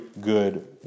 good